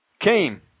came